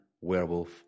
Werewolf